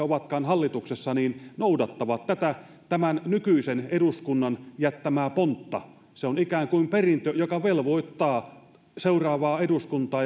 ovatkaan hallituksessa noudattavat tätä tämän nykyisen eduskunnan jättämää pontta se on ikään kuin perintö joka velvoittaa seuraavaa eduskuntaa